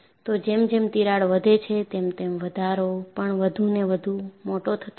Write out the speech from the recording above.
તો જેમ જેમ તિરાડ વધે છે તેમ તેમ વધારો પણ વધુ ને વધુ મોટું થતો જાશે